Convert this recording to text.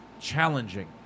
challenging